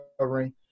covering